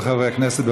כל חברי הכנסת.